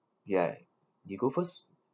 ya you go first